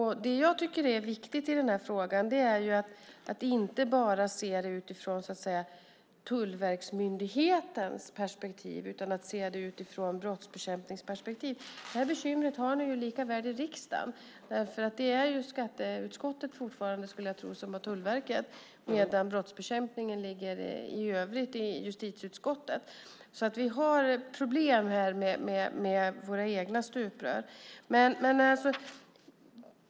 Det är viktigt att inte bara se det utifrån tullverksmyndighetens perspektiv utan att också se det utifrån brottsbekämpningsperspektiv. Detta bekymmer har ni även i riksdagen. Jag skulle tro att det fortfarande är skatteutskottet som har Tullverket medan brottsbekämpningen i övrigt ligger i justitieutskottet. Vi har alltså problem med våra egna stuprör.